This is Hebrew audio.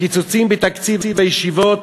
הקיצוצים בתקציב הישיבות